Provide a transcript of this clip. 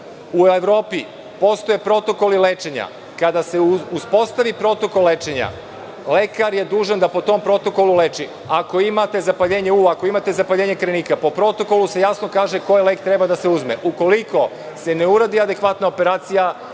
Evropi postoje protokoli lečenja. Kada se uspostavi protokol lečenja lekar je dužan da po tom protokolu leči. Ako imate zapaljenja uva, ako imate zapaljenje krajnika, po protokolu se jasno kaže koji lek treba da se uzme. Ukoliko se ne uradi adekvatna operacija,